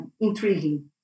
intriguing